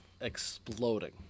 exploding